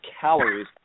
calories